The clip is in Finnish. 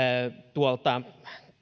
tuolta